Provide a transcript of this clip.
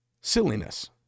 Silliness